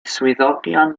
swyddogion